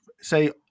say